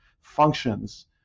functions